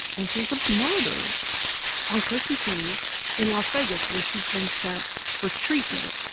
and she ends up murdered on christmas eve in las vegas where she's been sent for treatment.